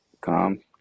come